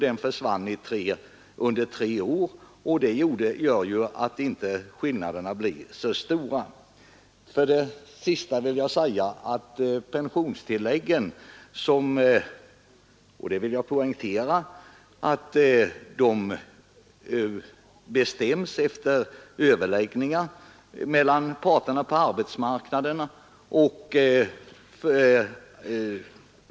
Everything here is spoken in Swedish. Den försvann vid ingången av 1971, och det gör att skillnaderna inte blir så stora. Till sist vill jag poängtera att pensionstilläggen bestäms efter överläggningar mellan parterna på arbetsmarknaden.